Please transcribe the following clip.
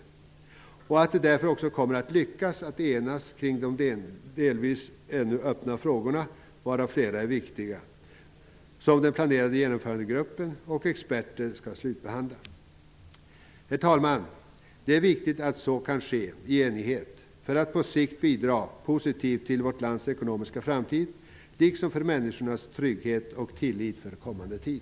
Därför tror jag också att det kommer att lyckas att enas kring de delvis ännu öppna frågorna, varav flera är viktiga, som den planerade genomförandegruppen och experter skall slutbehandla. Herr talman! Det är viktigt att så kan ske i enighet för att på sikt positivt bidra till vårt lands ekonomiska framtid liksom för människornas trygghet och tillit för kommande tid.